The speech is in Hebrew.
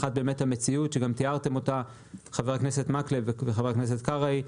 סוגיה אחת היא מה שתיארו חבר הכנסת מקלב וחבר הכנסת קרעי,